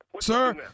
Sir